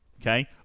okay